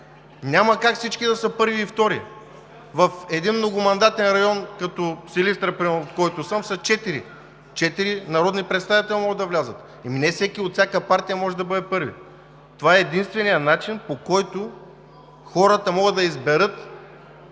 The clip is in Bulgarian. няма как всички да са първи и втори? В един многомандатен район като Силистра примерно, от който съм, са четири, четирима народни представители могат да влязат. Не всеки от всяка партия може да бъде първи. Това е единственият начин, по който хората могат да изберат